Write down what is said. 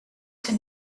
can